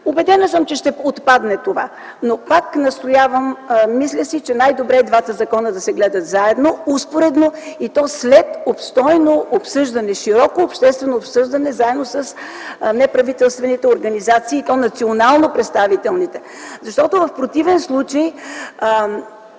Убедена съм, че ще отпадне това. Но пак настоявам – мисля си, че е най-добре двата закона да се гледат заедно, успоредно, и то след обстойно обсъждане - широко обществено обсъждане, заедно с неправителствените организации, и то националнопредставителните неправителствени